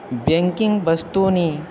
banking बस्तूनि